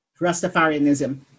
Rastafarianism